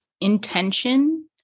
intention